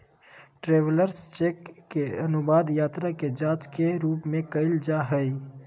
travellers cheque के अनुवाद यात्रा के जांच के रूप में कइल जा हइ